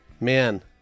Man